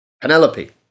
Penelope